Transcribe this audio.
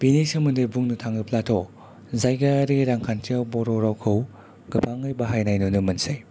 बेनि सोमोन्दै बुंनो थाङोब्लाथ' जायगायरि रांखान्थियाव बर' रावखौ गोबाङै बाहायनाय नुनो मोनसै